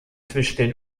zwischen